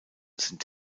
sind